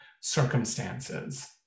circumstances